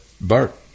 Bart